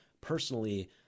Personally